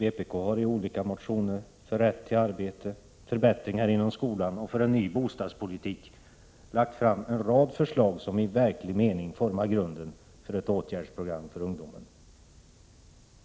Vpk har i sina olika motioner för rätt till arbete, förbättringar inom skolan och en ny bostadspolitik lagt fram en rad förslag som i verklig mening formar grunden för ett åtgärdsprogram för ungdomen.